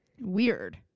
weird